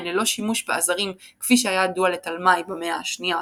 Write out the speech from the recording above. ללא שימוש בעזרים כפי שהיה ידוע לתלמי במאה השנייה,